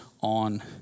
on